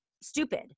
stupid